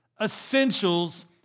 essentials